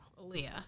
Aaliyah